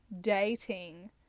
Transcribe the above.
dating